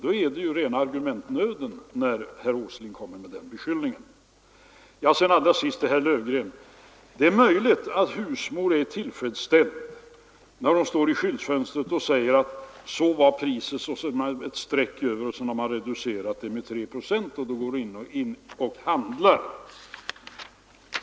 Det är ju rena argumentnöden då herr Åsling kommer med den beskyllningen. Till herr Löfgren vill jag slutligen säga att det är möjligt att husmor är tillfredsställd när hon står framför skyltfönstret. Hon ser att så och så högt var priset tidigare, men man har reducerat det gamla priset med 3 procent och så går hon in och handlar.